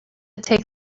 take